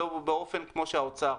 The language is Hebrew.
ולא באופן כמו שהאוצר.